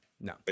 no